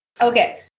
Okay